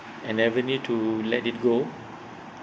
and never knew to let it go